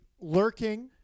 Lurking